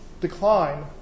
decline